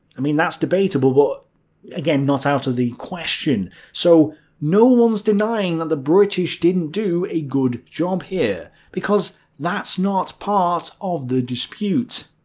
i mean that's debatable, but again not out of the question. so no one's denying that the british didn't do a good job here. because that's not part of the dispute.